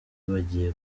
bagiye